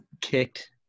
kicked